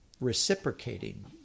reciprocating